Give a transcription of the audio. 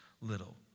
little